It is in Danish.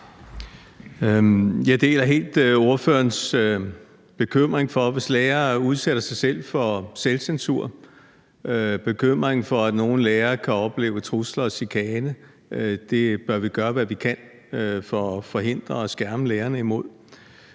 Jeg deler helt ordførerens bekymring for, at lærere udsætter sig selv for selvcensur, og for, at nogle lærere kan opleve trusler og chikane. Det bør vi gøre hvad vi kan for at forhindre og skærme lærerne imod.